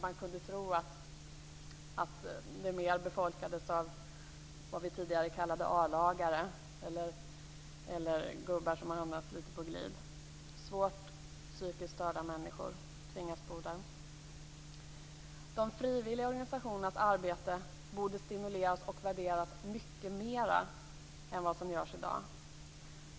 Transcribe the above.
Man kunde tro att det mera befolkades av vad vi tidigare kallade a-lagare eller gubbar som hamnat litet på glid. Svårt psykiskt störda människor tvingas alltså bo där. De frivilliga organisationernas arbete borde stimuleras och värderas mycket mera än vad som görs i dag.